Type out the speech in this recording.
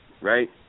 right